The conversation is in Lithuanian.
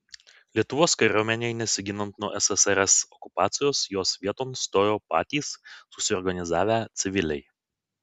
lietuvos kariuomenei nesiginant nuo ssrs okupacijos jos vieton stojo patys susiorganizavę civiliai